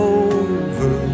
over